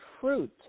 fruit